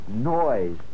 noise